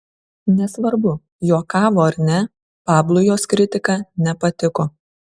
nesvarbu juokavo ar ne pablui jos kritika nepatiko